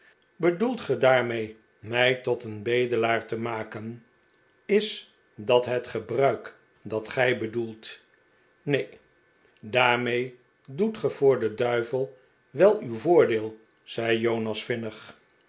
bedoelt ge daarmee mij tot een bedelaar te maken is dat het gebruik dat gij bedoelt neenl daarmee doet ge voor den duivel wel uw voordeel zei jonas